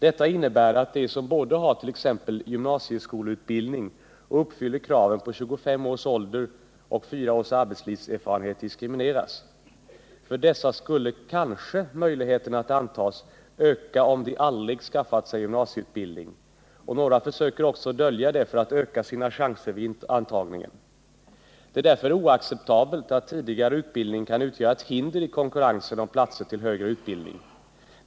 Detta innebär att de som både har t.ex. gymnasieskolutbildning och uppfyller kraven på 25 års ålder och 4 års arbetslivserfarenhet diskrimineras. För dessa skulle kanske möjligheten att antas ha ökat, om de aldrig skaffat sig gymnasieutbildning, och några försöker också dölja det för att öka sina chanser vid antagningen. Det är oacceptabelt att tidigare utbildning kan utgöra hinder i konkurrensen om platser till högre utbildning.